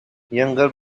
younger